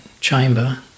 chamber